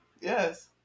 Yes